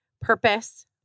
purpose